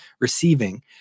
receiving